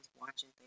watching